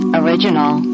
original